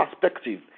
perspective